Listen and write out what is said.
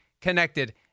connected